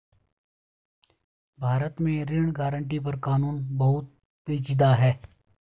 भारत में ऋण गारंटी पर कानून बहुत पेचीदा है